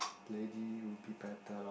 lady would be better lah